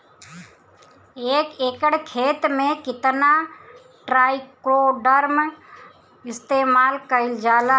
एक एकड़ खेत में कितना ट्राइकोडर्मा इस्तेमाल कईल जाला?